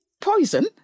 poison